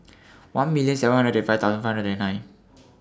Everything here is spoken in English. one million seven hundred and thirty five thousand five hundred and nine